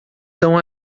são